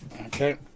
Okay